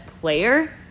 player